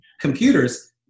computers